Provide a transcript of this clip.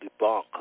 debunk